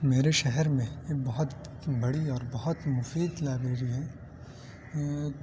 میرے شہر میں ایک بہت بڑی اور بہت مفید لائبریری ہے